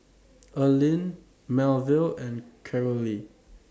Earlean Melville and Carolee